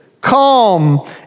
calm